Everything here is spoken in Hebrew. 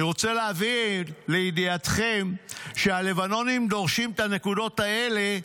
אני רוצה להביא לידיעתכם שהלבנונים דורשים את הנקודות האלה,